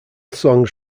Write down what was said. songs